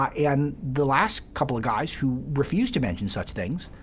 and the last couple of guys who refused to mention such things,